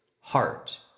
heart